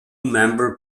member